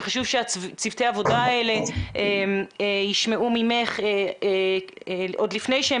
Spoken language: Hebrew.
שחשוב שצוותי העבודה האלה ישמעו ממך עוד לפני שהם